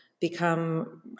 become